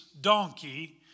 donkey